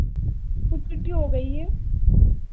putty भी हो गई है